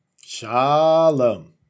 Shalom